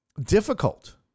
difficult